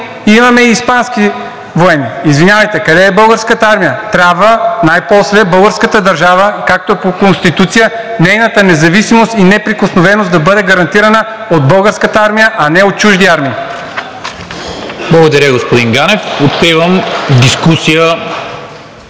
имаме и испански военни. Извинявайте, къде е Българската армия? Трябва най-после българската държава, както е по Конституция, нейната независимост и неприкосновеност да бъде гарантирана от Българската армия, а не от чужди армии. (Ръкопляскания